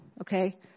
Okay